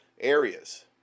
areas